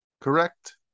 Correct